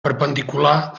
perpendicular